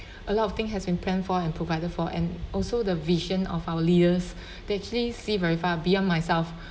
a lot of thing has been planned for and provided for and also the vision of our leaders they actually see very far beyond myself